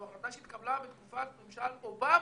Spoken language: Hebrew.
זו החלטה שהתקבלה בתקופה ממשל אובמה,